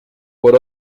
por